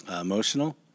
emotional